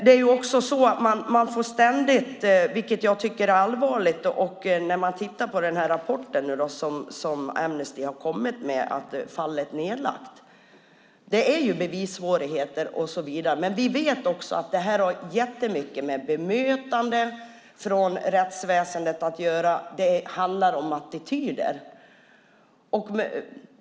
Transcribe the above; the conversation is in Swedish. Det är dock så att man ständigt får - vilket jag tycker är allvarligt och vilket vi ser när vi tittar på den rapport Amnesty har kommit med - fallet nedlagt. Det är bevissvårigheter och så vidare, men vi vet också att detta har jättemycket med bemötande från rättsväsendet att göra. Det handlar om attityder.